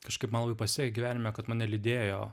kažkaip man labai pasisekė gyvenime kad mane lydėjo